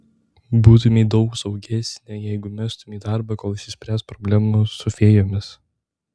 būtumei daug saugesnė jeigu mestumei darbą kol išsispręs problemos su fėjomis